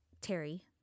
Terry